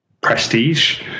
prestige